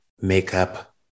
makeup